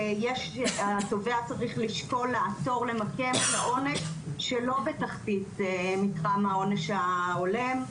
התובע צריך לשקול לעתור למקם את העונש שלא בתחתית מתחם העונש ההולם.